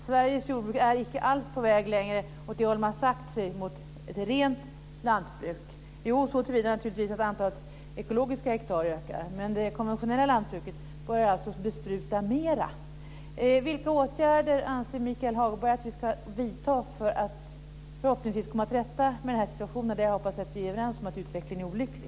Sveriges jordbruk är inte längre på väg mot målet ett rent lantbruk. Jo, såtillvida att antalet ekologiskt odlade hektar ökar, men det konventionella lantbruket har börjat bespruta mer. Vilka åtgärder anser Michael Hagberg att vi ska vidta för att förhoppningsvis komma till rätta med situationen? Jag hoppas att vi är överens om att utvecklingen är olycklig.